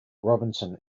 robinson